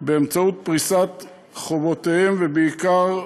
באמצעות פריסת חובותיהם, ובעיקר,